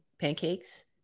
pancakes